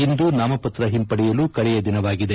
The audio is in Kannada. ಇಂದು ನಾಮಪತ್ರ ಹಿಂಪಡೆಯಲು ಕಡೆಯ ದಿನವಾಗಿದೆ